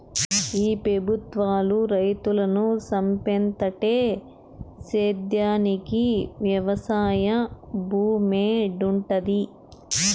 ఈ పెబుత్వాలు రైతులను సంపేత్తంటే సేద్యానికి వెవసాయ భూమేడుంటది